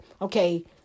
okay